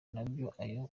ajya